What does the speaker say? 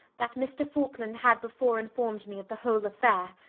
that mr. faulkland had before informed me of the whole affair.